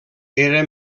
era